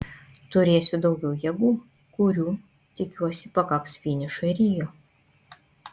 turėsiu daugiau jėgų kurių tikiuosi pakaks finišui rio